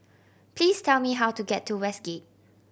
please tell me how to get to Westgate